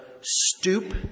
stoop